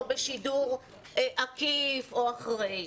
לא בשידור עקיף ולא בשידור חוזר.